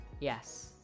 yes